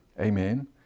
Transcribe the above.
Amen